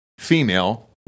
Female